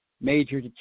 major